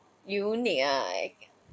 unique ah